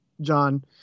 John